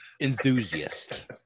enthusiast